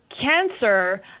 cancer